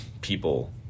people